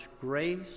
grace